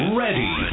ready